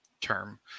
term